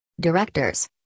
Directors